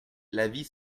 l’avis